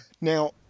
Now